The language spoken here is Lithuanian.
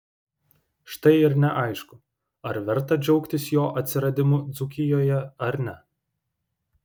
štai ir neaišku ar verta džiaugtis jo atsiradimu dzūkijoje ar ne